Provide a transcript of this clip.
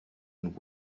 and